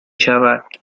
شود